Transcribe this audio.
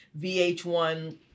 VH1